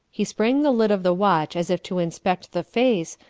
he sprang the lid of the watch as if to inspect the face,